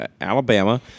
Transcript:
Alabama